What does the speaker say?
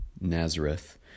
Nazareth